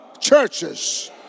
churches